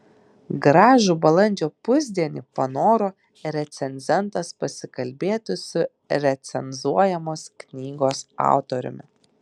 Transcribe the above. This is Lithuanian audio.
gražų balandžio pusdienį panoro recenzentas pasikalbėti su recenzuojamos knygos autoriumi